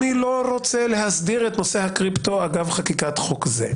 רוצה להסדיר את נושא הקריפטו אגב חקיקת חוק זה,